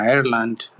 Ireland